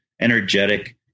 energetic